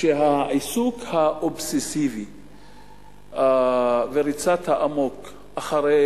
העיסוק האובססיבי וריצת האמוק אחרי